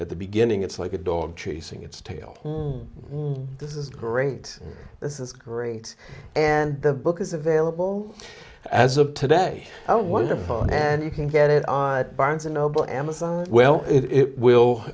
at the beginning it's like a dog chasing its tail this is great this is great and the book is available as of today own wonderful and you can get it on barnes and noble amazon well it will